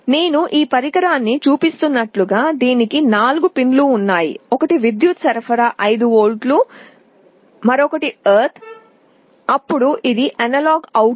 నేను ఈ పరికరాన్ని చూపిస్తున్నట్లుగా దీనికి నాలుగు పిన్లు ఉన్నాయి ఒకటి విద్యుత్ సరఫరా 5 వోల్ట్లు భూమి అప్పుడు ఇది అనలాగ్ అవుట్